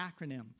acronym